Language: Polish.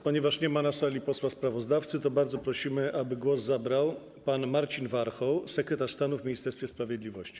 Ponieważ nie ma na sali posła sprawozdawcy, to teraz bardzo prosimy, aby głos zabrał pan Marcin Warchoł, sekretarz stanu w Ministerstwie Sprawiedliwości.